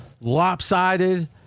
lopsided